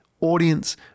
audience